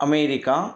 America